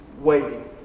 waiting